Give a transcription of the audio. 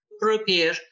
prepare